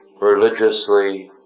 Religiously